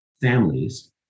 families